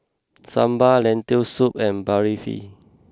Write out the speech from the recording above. Sambar Lentil Soup and Barfi